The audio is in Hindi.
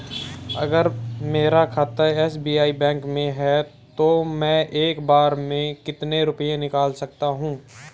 अगर मेरा खाता एस.बी.आई बैंक में है तो मैं एक बार में कितने रुपए निकाल सकता हूँ?